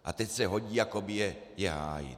A teď se hodí jakoby je hájit.